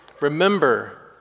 Remember